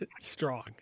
Strong